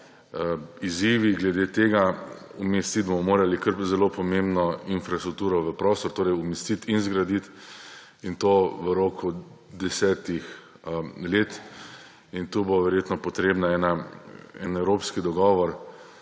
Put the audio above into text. izzivi glede tega. Umestiti bomo morali kar zelo pomembno infrastrukturo v prostor, torej umestiti in zgraditi, in to v roku desetih let. In tu bo verjetno potreben en evropski dogovor